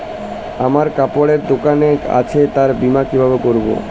আমার কাপড়ের এক দোকান আছে তার বীমা কিভাবে করবো?